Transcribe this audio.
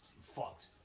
fucked